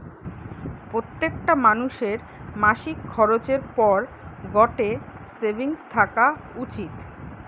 প্রত্যেকটা মানুষের মাসিক খরচের পর গটে সেভিংস থাকা উচিত